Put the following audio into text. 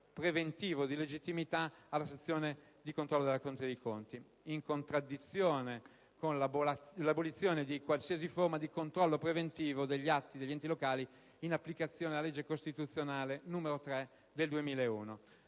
preventivo di legittimità alla sezione di controllo della Corte dei conti; ciò in contraddizione con l'abolizione di qualsiasi forma di controllo preventivo degli atti degli enti locali, stabilita dalla legge costituzionale n. 3 del 2001.